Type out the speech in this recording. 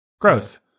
gross